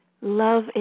love